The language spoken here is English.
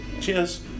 Cheers